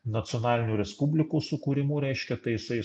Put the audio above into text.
nacionalinių respublikų sukūrimu reiškia tai jisai